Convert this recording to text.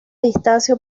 distancia